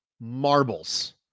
marbles